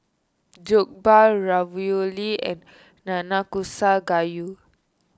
Jokbal Ravioli and Nanakusa Gayu